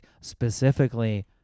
specifically